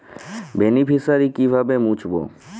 Beneficiary কিভাবে মুছব?